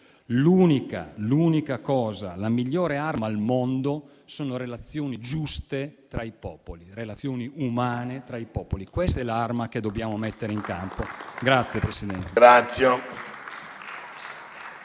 l'unica cosa, la migliore arma al mondo sono relazioni giuste tra i popoli, relazioni umane tra i popoli. Questa è l'arma che dobbiamo mettere in campo.